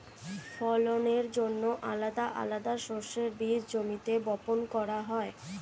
ফলনের জন্যে আলাদা আলাদা শস্যের বীজ জমিতে বপন করা হয়